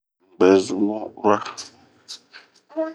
Un bɛ zun bun ura.